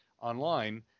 online